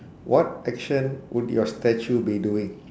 what action would your statue be doing